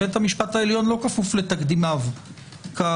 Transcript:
בית המשפט העליון לא כפוף לתקדימיו כידוע.